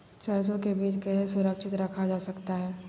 सरसो के बीज कैसे सुरक्षित रखा जा सकता है?